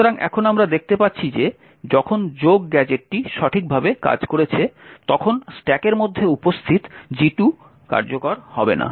সুতরাং এখন আমরা দেখতে পাচ্ছি যে যখন যোগ গ্যাজেটটি সঠিকভাবে কাজ করেছে তখন স্ট্যাকের মধ্যে উপস্থিত G2 কার্যকর হবে না